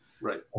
Right